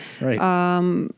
Right